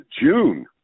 June